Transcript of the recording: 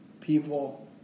people